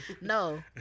No